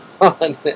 on